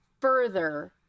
further